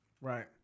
Right